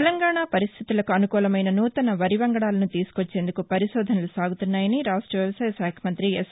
తెలంగాణా పరిస్థితులకు అనుకూలమైన నూతన వరి వంగడాలను తీసుకొచ్చేందుకు పరిశోధనలు సాగుతున్నాయని రాష్ట్ల వ్యవసాయశాఖ మంతి ఎస్